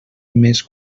més